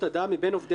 מבין עובדי האגף,